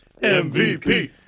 MVP